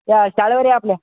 त्या शाळेवर या आपल्या